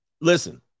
Listen